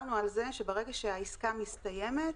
דיברנו על זה שברגע שהעסקה מסתיימת,